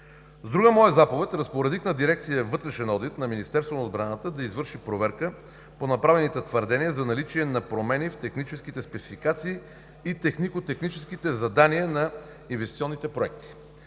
С друга моя заповед разпоредих на дирекция „Вътрешен одит“ на Министерство на отбраната да извърши проверка по направените твърдения за наличие на промени в техническите спецификации и технико-техническите задания на инвестиционните проекти.